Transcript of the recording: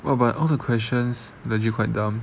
oh but all the questions legit quite dumb